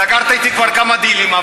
סגרת אתי כבר כמה דילים.